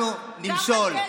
אנחנו נמשול.